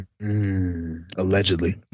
allegedly